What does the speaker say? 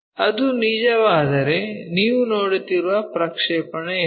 ಅದು ನಿಜವಾಗಿದ್ದರೆ ನೀವು ನೋಡುತ್ತಿರುವ ಪ್ರಕ್ಷೇಪಣ ಏನು